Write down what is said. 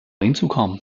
hinzukommen